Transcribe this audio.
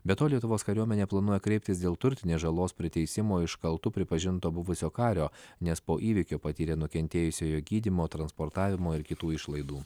be to lietuvos kariuomenė planuoja kreiptis dėl turtinės žalos priteisimo iš kaltu pripažinto buvusio kario nes po įvykio patyrė nukentėjusiojo gydymo transportavimo ir kitų išlaidų